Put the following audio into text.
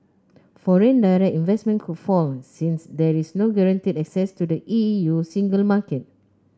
foreign direct investment could fall since there is no guaranteed access to the E U single market